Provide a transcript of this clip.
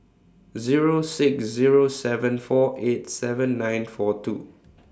Zero six Zero seven four eight seven nine four two